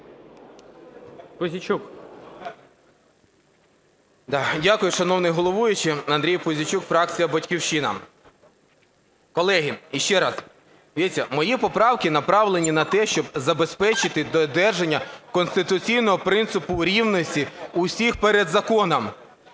Дякую, шановний головуючий. Андрій Пузійчук, фракція "Батьківщина". Колеги, іще раз. Дивіться, мої поправки направлені на те, щоб забезпечити додержання конституційного принципу рівності усіх перед законом,